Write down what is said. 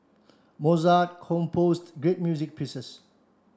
Mozart composed great music pieces